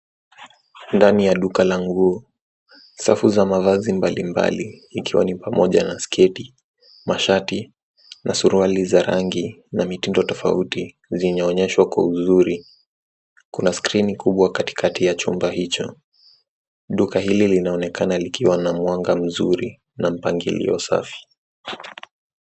Ndani la duka la nguo, safu za mavazi mbalimbali ikiwa ni pamoja na sketi, mashati na suruali za rangi na mitindo tofauti zinaonyeshwa kwa uzuri. Kuna skrini kubwa katikati ya chumba hicho. Duka hili linaonekana likiwa na mwanga mzuri na mpangilio safi.